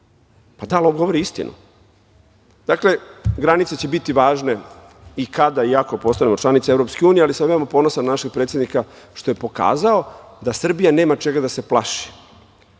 da, ali on govori istinu. Dakle, granice će biti važne i kada i ako postanemo članica EU, ali sam veoma ponosan na našeg predsednika što je pokazao da Srbija nema čega da se plaši.